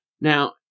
Now